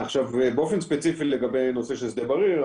באופן ספציפי לגבי נושא של שדה בריר,